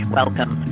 welcome